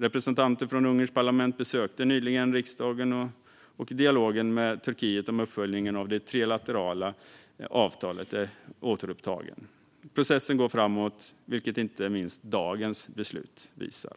Representanter från Ungerns parlament besökte nyligen riksdagen, och dialogen med Turkiet om uppföljningen av det trilaterala avtalet är återupptagen. Processen går framåt, vilket inte minst dagens beslut visar.